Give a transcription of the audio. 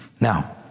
Now